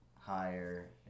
higher